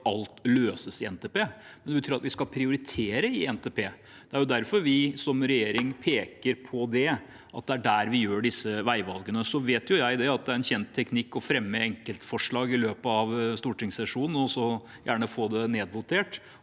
alt løses i NTP. Det betyr at vi skal prioritere i NTP. Det er derfor vi som regjering peker på at det er der vi gjør disse veivalgene. Jeg vet at det er en kjent teknikk å fremme enkeltforslag i løpet av stortingssesjonen og så gjerne få det nedvotert,